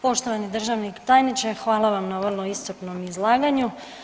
Poštovani državni tajniče, hvala vam na vrlo iscrpnom izlaganju.